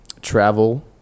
travel